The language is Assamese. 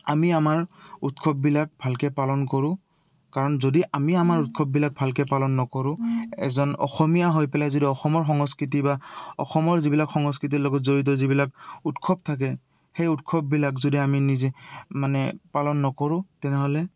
আমি আমাৰ উৎসৱবিলাক ভালকে পালন কৰোঁ কাৰণ যদি আমি আমাৰ উৎসৱবিলাক ভালকে পালন নকৰোঁ এজন অসমীয়া হৈ পেলাই যদি অসমৰ সংস্কৃতি বা অসমৰ যিবিলাক সংস্কৃতিৰ লগত জড়িত যিবিলাক উৎসৱ থাকে সেই উৎসৱবিলাক যদি আমি নিজে মানে পালন নকৰোঁ তেনেহ'লে